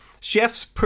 chefs